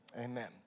amen